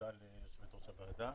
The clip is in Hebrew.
תודה ליו"ר הוועדה.